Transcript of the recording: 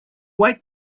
wake